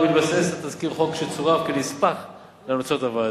ומתבסס על תזכיר חוק שצורף כנספח להמלצות הוועדה.